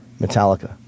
Metallica